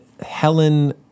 Helen